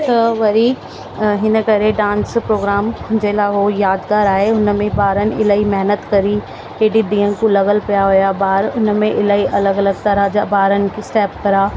त वरी हिन करे डांस प्रोग्राम जे लाइ उहो यादगार आहे हुन में ॿारनि इलाही महिनत कई हेॾी ॾींहंनि खां लॻियल पिया हुआ ॿार हुन में इलाही अलॻि अलॻि तरह जा ॿारनि खे स्टैप करां